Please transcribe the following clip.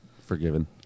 Forgiven